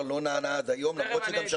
לא נענה עד היום למרות שגם שלחו תזכורת.